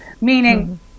Meaning